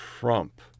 Trump